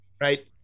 right